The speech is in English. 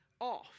off